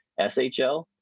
shl